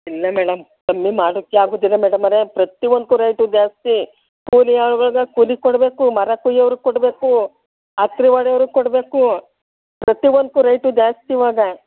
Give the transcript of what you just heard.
ಇಲ್ಲ ಮೇಡಮ್ ಕಮ್ಮಿ ಮಾಡೋಕ್ಕೆ ಆಗೋದಿಲ್ಲ ಮೇಡಮೊರೆ ಪ್ರತಿಯೊಂದಕ್ಕು ರೇಟ್ ಜಾಸ್ತಿ ಕೂಲಿ ಆಳುಗಳಿಗೆ ಕೂಲಿ ಕೊಡಬೇಕು ಮರ ಕುಯೊರಿಗೆ ಕೊಡಬೇಕು ಹತ್ರಿ ಒಡೆಯೊರಿಗೆ ಕೊಡಬೇಕು ಪ್ರತಿ ಒಂದಕ್ಕು ರೇಟ್ ಜಾಸ್ತಿ ಇವಾಗ